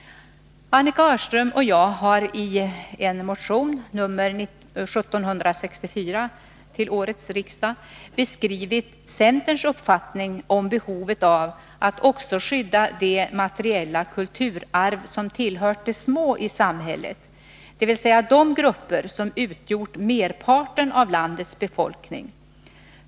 Annika Öhrström och jag har i motion 1764 till årets riksdag beskrivit centerns uppfattning om behovet av att också skydda det materiella kulturarv som tillhört de små i samhället, dvs. de grupper som utgjort merparten av landets befolkning.